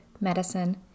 medicine